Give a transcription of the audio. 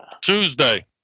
Tuesday